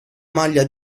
maglia